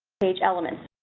page elements,